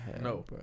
No